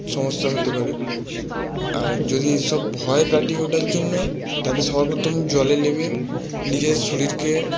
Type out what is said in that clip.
সমস্যা হতে পারে আর যদি সব ভয় কাটিয়ে ওঠার জন্য তাকে সবার প্রথম জলে নেমে নিজের শরীরকে